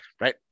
right